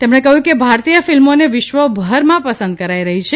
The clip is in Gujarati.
તેમણે કહ્યું કે ભારતીય ફિલ્મોને વિશ્વભરમાં પસંદ કરાઇ રહી છે